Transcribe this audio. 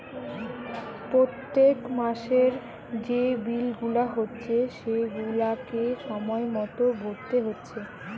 পোত্তেক মাসের যে বিল গুলা হচ্ছে সেগুলাকে সময় মতো ভোরতে হচ্ছে